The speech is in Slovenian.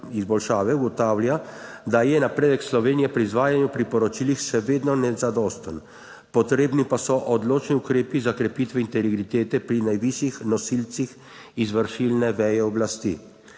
izboljšave ugotavlja, da je napredek Slovenije pri izvajanju priporočil še vedno nezadosten. Potrebni pa so odločni ukrepi za krepitev integritete pri najvišjih nosilcih izvršilne veje oblasti